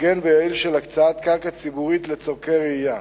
הוגן ויעיל של הקצאת קרקע ציבורית לצורכי רעייה.